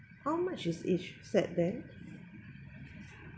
how much is each set then